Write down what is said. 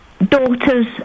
daughter's